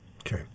Okay